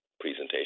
presentation